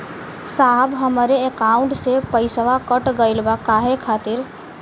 साहब हमरे एकाउंट से पैसाकट गईल बा काहे खातिर?